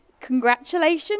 congratulations